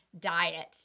diet